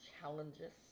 challenges